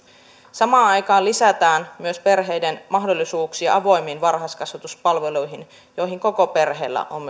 samaan aikaan lisätään myös perheiden mahdollisuuksia avoimiin varhaiskasvatuspalveluihin joihin myös koko perheellä on